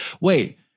wait